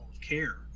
care